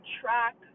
track